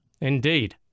Indeed